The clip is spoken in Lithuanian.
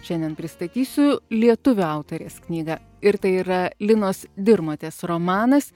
šiandien pristatysiu lietuvių autorės knygą ir tai yra linos dirmotės romanas